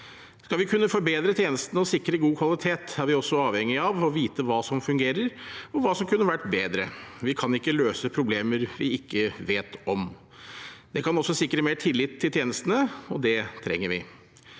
Skal vi kunne forbedre tjenestene og sikre god kvalitet, er vi også avhengige av å vite hva som fungerer, og hva som kunne ha vært bedre. Vi kan ikke løse problemer vi ikke vet om. Det kan også sikre mer tillit til tjenestene, og det trenger vi.